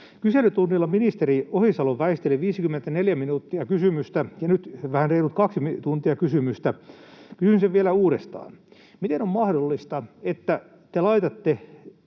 Kyselytunnilla ministeri Ohisalo väisteli 54 minuuttia kysymystä ja nyt vähän reilut kaksi tuntia kysymystä. Kysyn sen vielä uudestaan: miten on mahdollista, että te laitatte